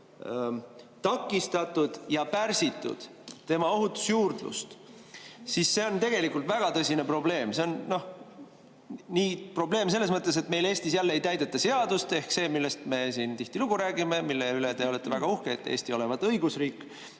takistatud ja pärsitud tema ohutusjuurdlust. See on väga tõsine probleem. See on probleem selles mõttes, et meil Eestis jälle ei täideta seadust – ehk see, millest me siin tihtilugu räägime, mille üle te olete väga uhke, et Eesti olevat õigusriik.